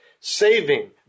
Saving